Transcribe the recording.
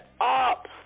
up